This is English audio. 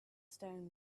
stones